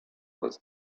was